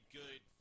good